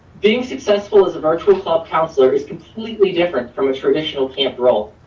being successful as a virtual club counselor is completely different from a traditional camp role.